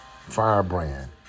firebrand